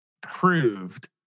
proved